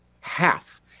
half